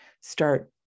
start